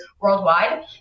worldwide